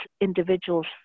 individuals